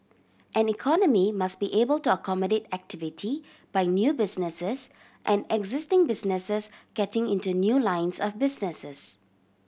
an economy must be able to accommodate activity by new businesses and existing businesses getting into new lines of businesses